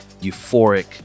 euphoric